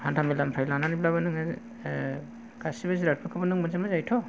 हान्थामेलानिफ्राय लानानैबब्लाबो नोङो गासैबो जिरादफोरखौबो नों मोनजोबनाय जायोथ'